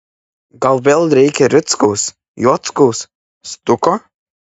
gal vėl reikia rickaus jockaus stuko